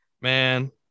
man